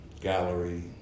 gallery